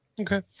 okay